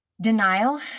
denial